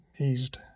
eased